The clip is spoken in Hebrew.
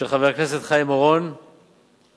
של חבר הכנסת חיים אורון ואחרים,